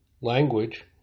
language